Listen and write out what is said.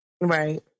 Right